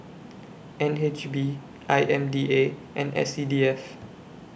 N H B I M D A and S C D F